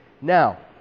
Now